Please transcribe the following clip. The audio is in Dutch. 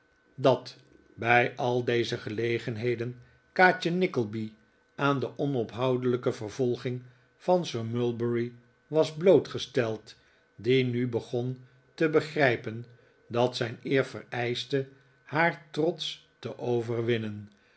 dat bij al deze gelegenheden kaatje nickleby aan de onophoudelijke vervolging van sir mulberry was blootgesteld die nu begon te begrijpen dat zijn eer vereischte haar trots te overwinnen